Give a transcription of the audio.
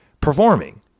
performing